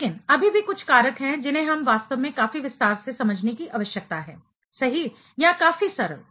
लेकिन अभी भी कुछ कारक हैं जिन्हें हमें वास्तव में काफी विस्तार से समझने की आवश्यकता है सही या काफी सरल